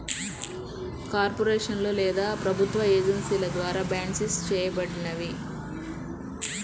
కార్పొరేషన్లు లేదా ప్రభుత్వ ఏజెన్సీల ద్వారా బాండ్సిస్ చేయబడినవి